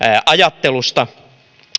ajattelusta